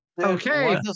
okay